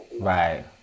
Right